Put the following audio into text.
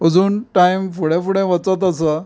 आजून टायम फुडें फुडें वचत आसा